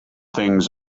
things